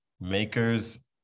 makers